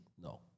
No